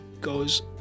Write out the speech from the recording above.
goes